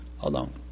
alone